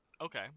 Okay